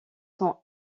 sont